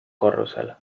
korrusel